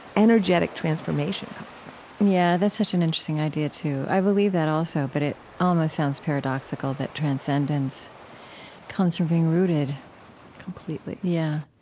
energetic transformation comes from yeah. that's such an interesting idea too. i believe that also, but it almost sounds paradoxical that transcendence comes from being rooted completely yeah.